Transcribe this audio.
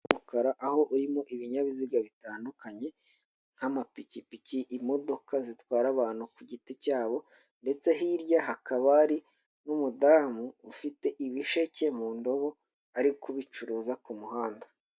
Umukara aho urimo ibinyabiziga bitandukanye nk'amapikipiki, imodoka zitwara abantu ku giti cyabo ndetse hirya hakaba hari n'umudamu ufite ibisheke mu ndobo, ari kubicuruza ku muhanda.